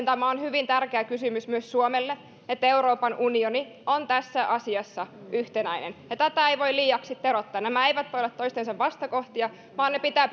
tämä on hyvin tärkeä kysymys myös suomelle että euroopan unioni on tässä asiassa yhtenäinen ja tätä ei voi liiaksi teroittaa nämä eivät voi olla toistensa vastakohtia vaan ne pitää